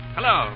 Hello